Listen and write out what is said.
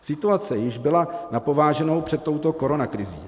Situace byla na pováženou již před touto koronakrizí.